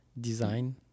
design